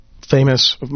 famous